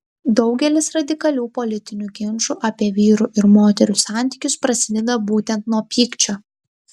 daugelis radikalių politinių ginčų apie vyrų ir moterų santykius prasideda būtent nuo pykčio